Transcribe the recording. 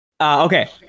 okay